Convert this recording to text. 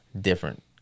different